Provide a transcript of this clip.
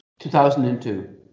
2002